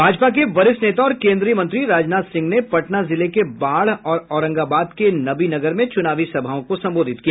भाजपा के वरिष्ठ नेता और केन्द्रीय मंत्री राजनाथ सिंह ने पटना जिले के बाढ़ और औरंगबााद के नबीनगर में चुनावी सभाओं को संबोधित किया